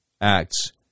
Acts